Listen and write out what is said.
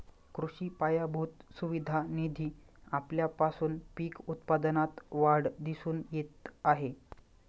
कृषी पायाभूत सुविधा निधी आल्यापासून पीक उत्पादनात वाढ दिसून येत आहे